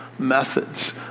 Methods